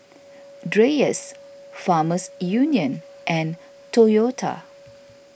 Dreyers Farmers Union and Toyota